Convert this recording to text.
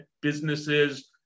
businesses